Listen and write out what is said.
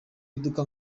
iduka